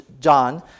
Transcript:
John